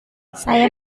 saya